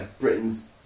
Britain's